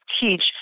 teach